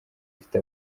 ifite